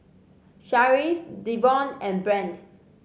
Sharif Devon and Brandt